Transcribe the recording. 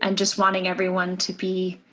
and just wanting everyone to be